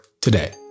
today